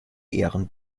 ehren